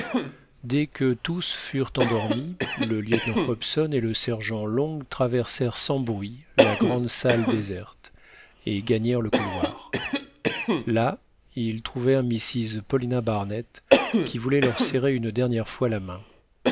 dès que tous furent endormis le lieutenant hobson et le sergent long traversèrent sans bruit la grande salle déserte et gagnèrent le couloir là ils trouvèrent mrs paulina barnett qui voulait leur serrer une dernière fois la main